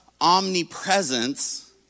omnipresence